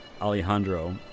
Alejandro